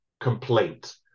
complaint